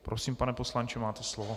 Prosím, pane poslanče, máte slovo.